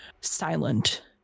silent